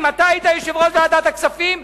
אם אתה היית יושב-ראש ועדת הכספים,